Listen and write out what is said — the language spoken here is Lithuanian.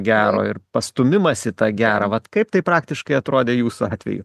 gero ir pastūmimas į tą gera vat kaip tai praktiškai atrodė jūsų atveju